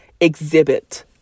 exhibit